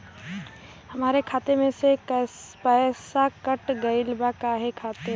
हमरे खाता में से पैसाकट गइल बा काहे खातिर?